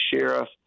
Sheriff